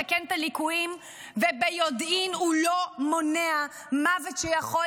ביודעין הוא לא מתקן את הליקויים וביודעין הוא לא מונע מוות שיכול